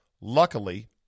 Luckily